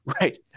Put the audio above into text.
Right